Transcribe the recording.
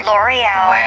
L'Oreal